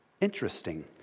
Interesting